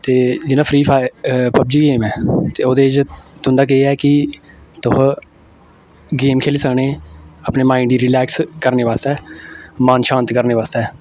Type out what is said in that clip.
ते जियां free fire PUBG game ऐ ते ओह्दे च तुं'दा केह् ऐ कि तुस गेम खेली सकने अपने माइंड गी रिलैक्स करने बास्तै मन शांत करने बास्तै